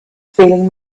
feeling